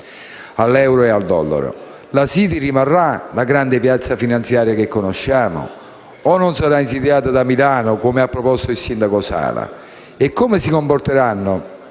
all'euro e al dollaro. La City rimarrà la grande piazza finanziaria che conosciamo o sarà insidiata da Milano, come ha proposto il sindaco Sala? E come si comporteranno